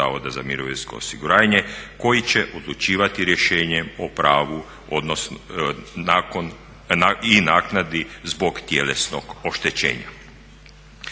za mirovinsko osiguranje koji će odlučivati rješenjem o pravu i naknadi zbog tjelesnog oštećenja.